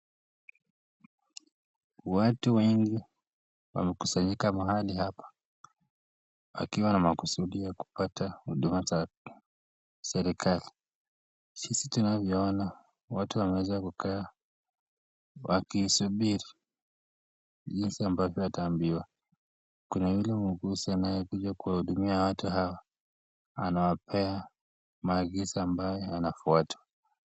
Watu wengi wamekusanyika mahali hapa wakiwa na makusudi ya kupata huduma za kiserikali. Sisi tunavyo ona, watu wameweza kukaa wakisubiri jinsi ambavyo wataambiwa. Kuna yule muuguzi ambaye anakuja kuwahudumia watu hawa, anawapea maagizo ambayo yanafuata.